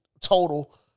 total